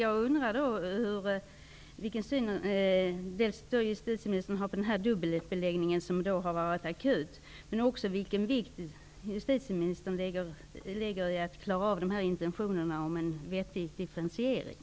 Jag undrar hur justitieministern ser på den dubbelbeläggning som har varit akut, men också vilken vikt justitieministern fäster vid att klara av intentionerna att få en vettig differentiering.